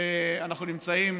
ואנחנו נמצאים